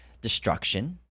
destruction